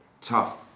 tough